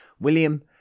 William